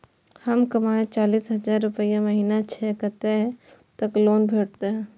हमर कमाय चालीस हजार रूपया महिना छै कतैक तक लोन भेटते?